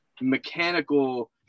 mechanical